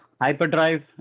hyperdrive